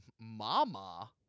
mama